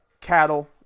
cattle